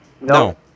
No